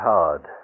Hard